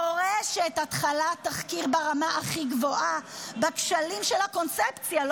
דורשת התחלת תחקיר ברמה הכי גבוהה בכשלים של הקונספציה.